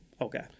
Okay